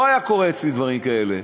לא היו קורים אצלי דברים כאלה.